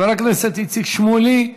חבר הכנסת איציק שמולי,